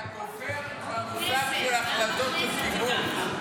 אתה כופר במושג של החלטות של קיבוץ.